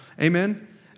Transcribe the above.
amen